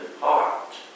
heart